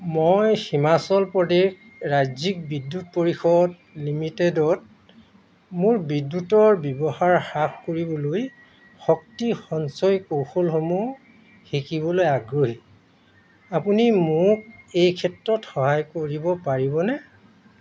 মই হিমাচল প্ৰদেশ ৰাজ্যিক বিদ্যুৎ পৰিষদ লিমিটেডত মোৰ বিদ্যুতৰ ব্যৱহাৰ হ্ৰাস কৰিবলৈ শক্তি সঞ্চয় কৌশলসমূহ শিকিবলৈ আগ্ৰহী আপুনি মোক এই ক্ষেত্ৰত সহায় কৰিব পাৰিবনে